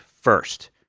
first